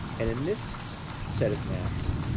and, in this set of maps,